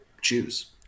choose